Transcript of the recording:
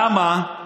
למה?